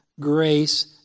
grace